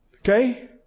Okay